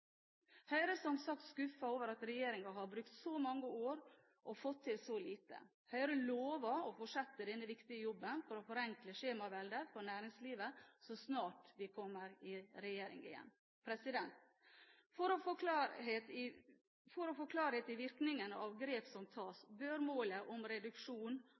Høyre er som sagt skuffet over at regjeringen har brukt så mange år og fått til så lite. Høyre lover å fortsette den viktige jobben med å forenkle skjemaveldet for næringslivet så snart vi kommer i regjering igjen. For å få klarhet i virkningene av grep som tas, bør målet om reduksjon